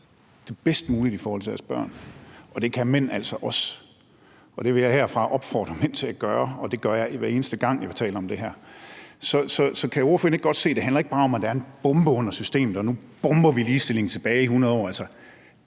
det bedst muligt i forhold til deres børn. Det kan mænd altså også, og det vil jeg herfra opfordre mænd til at gøre, og det gør jeg, hver eneste gang jeg taler om det her. Så kan ordføreren ikke godt se, at det ikke bare handler om, at der er en bombe under systemet, og at nu bomber vi ligestillingen 100 år